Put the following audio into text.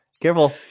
careful